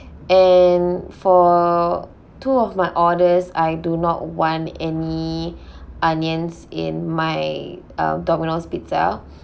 and for two of my orders I do not want any onions in my a uh domino's pizza